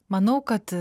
manau kad